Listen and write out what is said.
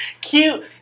Cute